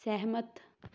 ਸਹਿਮਤ